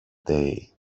day